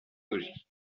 logis